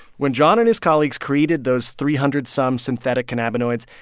when john and his colleagues created those three hundred some synthetic cannabinoids,